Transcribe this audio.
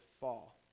fall